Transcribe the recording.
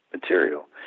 material